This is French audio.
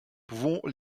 pouvons